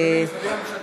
ממשלתי,